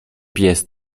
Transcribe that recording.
pies